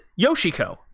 Yoshiko